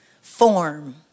form